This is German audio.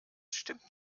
stimmt